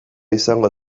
izango